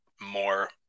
more